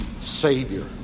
Savior